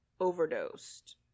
overdosed